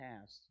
past